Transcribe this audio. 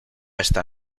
esta